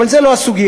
אבל זו לא הסוגיה.